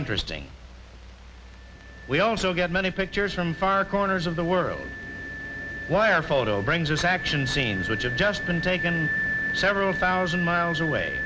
interesting we also get many pictures from far corners of the world where photo brings us action scenes which are just been taken several thousand miles away